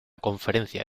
conferencia